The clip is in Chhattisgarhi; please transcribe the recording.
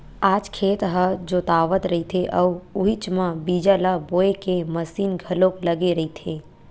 आज खेत ह जोतावत रहिथे अउ उहीच म बीजा ल बोए के मसीन घलोक लगे रहिथे